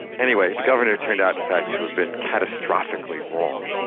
anyway the governor turned out in fact to have been catastrophically wrong,